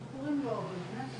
אנחנו קוראים לו בסיכון,